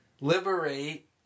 Liberate